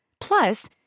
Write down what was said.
Plus